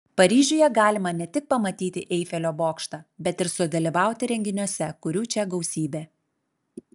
paryžiuje galima ne tik pamatyti eifelio bokštą bet ir sudalyvauti renginiuose kurių čia gausybė